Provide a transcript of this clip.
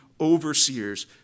overseers